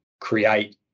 create